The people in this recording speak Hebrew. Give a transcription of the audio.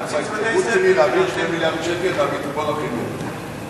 השר הודיע